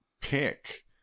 pick